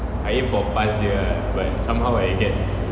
I aim for pass jer ah but somehow I get